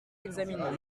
examinons